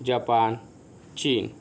Japan China